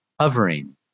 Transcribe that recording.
hovering